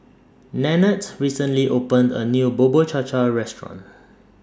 Nannette recently opened A New Bubur Cha Cha Restaurant